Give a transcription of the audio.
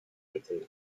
gezählt